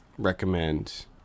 Recommend